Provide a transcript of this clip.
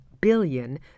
Billion